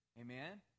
Amen